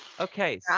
okay